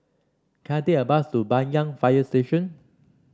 can I take a bus to Banyan Fire Station